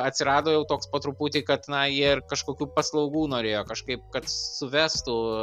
atsirado jau toks po truputį kad na jie ir kažkokių paslaugų norėjo kažkaip kad suvestų